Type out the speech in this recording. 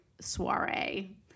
soiree